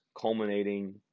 culminating